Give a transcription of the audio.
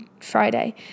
Friday